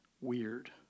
weird